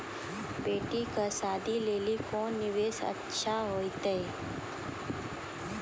बेटी के शादी लेली कोंन निवेश अच्छा होइतै?